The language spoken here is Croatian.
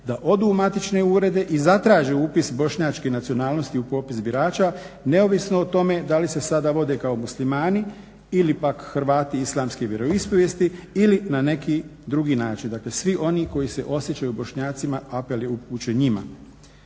da odu u matične urede i zatraže upis bošnjačke nacionalnosti u popis birača neovisno o tome da li se sada vode kao muslimani ili pak Hrvati islamske vjeroispovijesti ili na neki drugi način. Dakle, svi oni koji se osjećaju Bošnjacima apel je upućen njima.